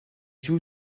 joue